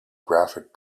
graphic